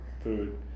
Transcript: food